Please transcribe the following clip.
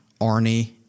Arnie